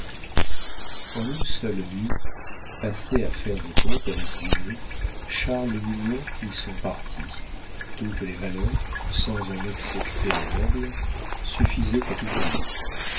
en une seule nuit passée à faire des comptes avec dumay charles mignon prit son parti toutes les valeurs sans en excepter les meubles suffisaient à tout payer